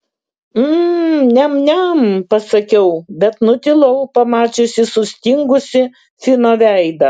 mm niam niam pasakiau bet nutilau pamačiusi sustingusį fino veidą